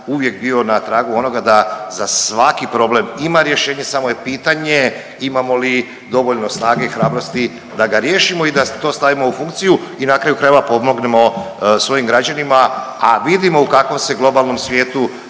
uvijek bio na tragu onoga da za svaki problem ima rješenje samo je pitanje imamo li dovoljno snage i hrabrosti da ga riješimo i da to stavimo u funkciju i na kraju krajeva pomognemo svojim građanima, a vidimo u kakvom se globalnom svijetu